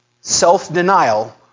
self-denial